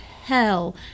hell